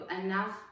enough